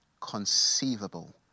conceivable